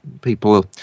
people